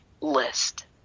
list